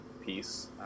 piece